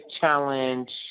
challenge